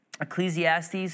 Ecclesiastes